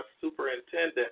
superintendent